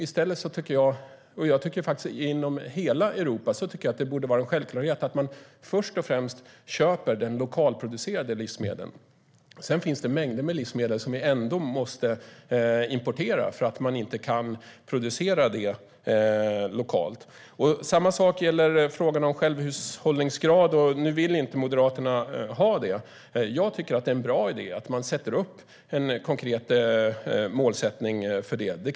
I stället tycker jag att det borde vara en självklarhet i hela Europa att man först och främst köper lokalproducerade livsmedel. Sedan finns det mängder med livsmedel som vi ändå måste importera för att man inte kan producera dem lokalt. Samma sak gäller frågan om självhushållningsgrad. Nu vill inte Moderaterna ha detta. Jag tycker dock att det är en bra idé att man sätter upp en konkret målsättning för det.